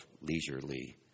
leisurely